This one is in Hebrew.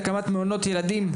להקמת מעונות ילדים,